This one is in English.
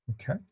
Okay